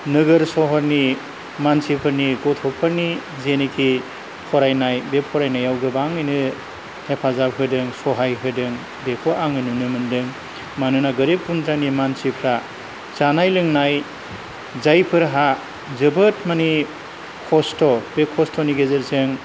नोगोर सहरनि मानसिफोरनि गथ'फोरनि जेनोखि फरायनाय बे फरायनायाव गोबाङैनो हेफाजाब होदों सहाय होदों बेखौ आङो नुनो मोनदों मानोना गोरिब गुन्द्रानि मानसिफ्रा जानाय लोंनाय जायफोरहा जोबोद माने खस्थ' बे खस्थ'नि गेजेरजों